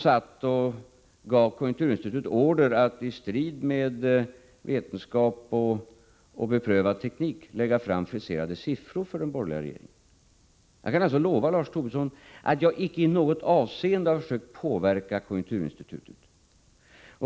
Gav de konjunkturinstitutet order att i strid med vetenskap och beprövad teknik lägga fram friserade siffror för den borgerliga regeringen? Jag kan lova Lars Tobisson att jag icke i något avseende har försökt påverka konjunkturinstitutet.